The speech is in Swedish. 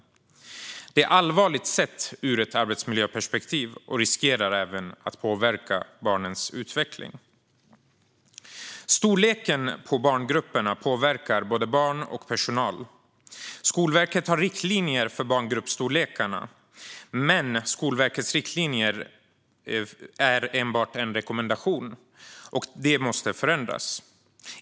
Detta är allvarligt ur ett arbetsmiljöperspektiv och riskerar även att påverka barnens utveckling. Storleken på barngrupperna påverkar både barn och personal. Skolverket har riktlinjer för barngruppsstorlek, men de är enbart en rekommendation. Det måste förändras.